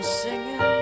singing